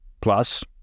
Plus